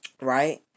Right